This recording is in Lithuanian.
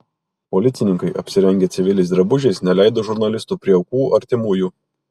policininkai apsirengę civiliais drabužiais neleido žurnalistų prie aukų artimųjų